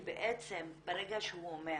כי בעצם ברגע שהוא אומר